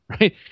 right